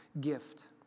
gift